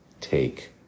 Take